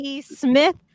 Smith